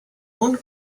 one